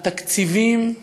על תקציבים,